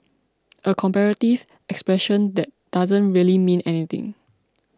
a comparative expression that doesn't really mean anything